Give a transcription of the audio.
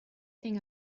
thing